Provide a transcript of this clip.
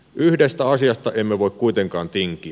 yhdestä asiasta emme voi kuitenkaan tinkiä